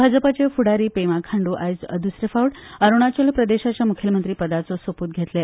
भाजपाचे फुडारी पेमा खांडू आयज दुसरे फावट अरुणाचल प्रदेशाच्या मुख्यमंत्री पदाचो सोपुत घेतले